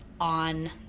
on